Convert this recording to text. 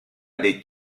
les